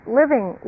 living